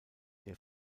der